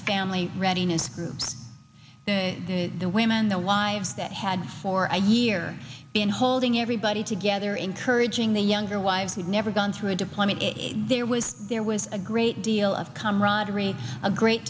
the family readiness group the women the wives that had for a year been holding everybody together encouraging the younger wives who'd never gone through a deployment there was there was a great deal of camaraderie a great